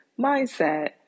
mindset